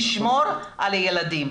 לשמור על הילדים.